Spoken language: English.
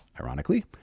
ironically